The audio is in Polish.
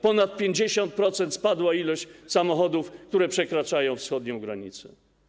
Ponad 50% spadła liczba samochodów, które przekraczają wschodnią granicę.